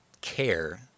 care